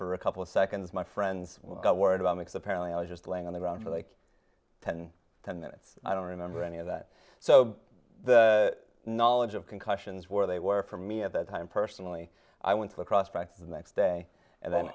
for a couple of seconds my friends got worried about mick's apparently i was just laying on the ground for like ten ten minutes i don't remember any of that so the knowledge of concussions where they were for me at that time personally i went to the cross back the next day and then